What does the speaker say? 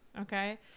Okay